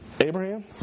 Abraham